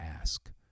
ask